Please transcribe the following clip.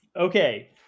Okay